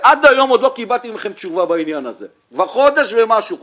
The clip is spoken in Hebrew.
עד היום עוד לא קיבלתי מכם תשובה בעניין הזה ועברו חודש וחצי-חודשיים.